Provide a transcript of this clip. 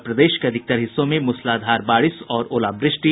और प्रदेश के अधिकतर हिस्सों में मूसलाधार बारिश और ओलावृष्टि